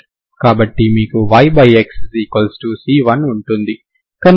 కాబట్టి మీకు yxc1 ఉంటుంది